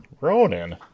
Ronan